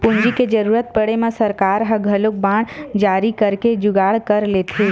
पूंजी के जरुरत पड़े म सरकार ह घलोक बांड जारी करके जुगाड़ कर लेथे